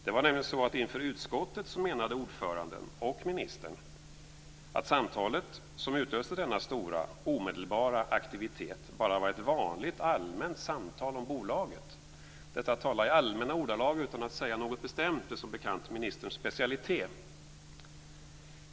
Det var nämligen så att inför utskottet menade ordföranden och ministern att samtalet som utlöste denna stora omedelbara aktivitet bara var ett vanligt allmänt samtal om bolaget. Detta att tala i allmänna ordalag utan att säga något bestämt är som bekant ministerns specialitet.